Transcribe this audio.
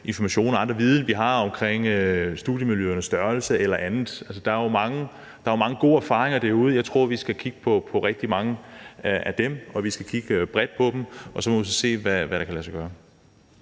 informationer og anden viden, vi har omkring studiemiljøernes størrelse eller andet. Der er jo mange gode erfaringer derude. Jeg tror, at vi skal kigge på rigtig mange af dem, og at vi skal kigge bredt på dem, og så må vi så se, hvad der kan lade sig gøre.